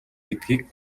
гэдгийг